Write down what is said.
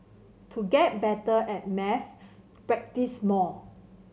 to get better at maths practise more